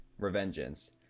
revengeance